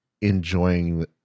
enjoying